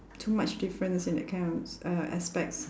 too much difference in that kind of uh aspects